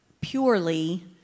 purely